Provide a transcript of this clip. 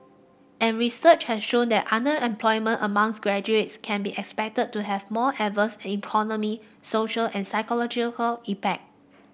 and research has shown that underemployment amongst graduates can be expected to have more adverse economic social and psychological impact